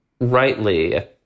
rightly